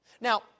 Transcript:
Now